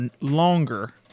longer